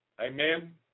Amen